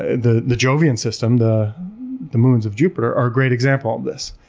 ah the the jovian system, the the moons of jup iter, are great example of this.